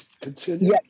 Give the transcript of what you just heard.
continue